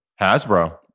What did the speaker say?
Hasbro